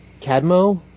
Cadmo